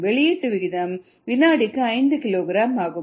வெளியீட்டு விகிதம் வினாடிக்கு 5 கிலோகிராம் ஆகும்